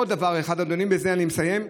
עוד דבר אחד, אדוני, ובזה אני מסיים: